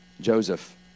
Joseph